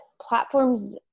platforms